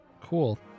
Cool